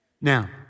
Now